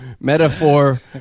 metaphor